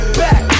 back